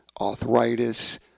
arthritis